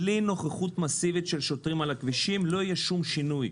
בלי נוכחות מסיבית של שוטרים על הכבישים לא יהיה שום שינוי.